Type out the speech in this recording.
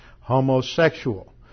Homosexual